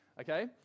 Okay